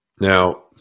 Now